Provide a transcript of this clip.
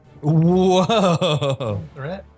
Whoa